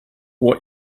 what